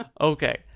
Okay